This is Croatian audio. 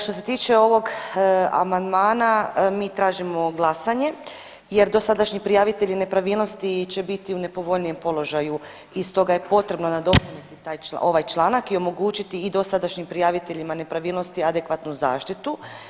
Što se tiče ovog amandmana mi tražimo glasanje, jer dosadašnji prijavitelji nepravilnosti će biti u nepovoljnijem položaju i stoga je potrebno nadopuniti ovaj članak i omogućiti i dosadašnjim prijaviteljima nepravilnosti adekvatnu zaštitu.